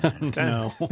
no